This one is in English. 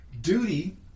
Duty